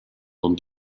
con